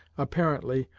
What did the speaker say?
apparently,